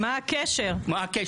"מה הקשר",